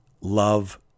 love